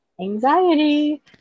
anxiety